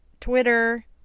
Twitter